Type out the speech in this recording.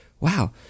Wow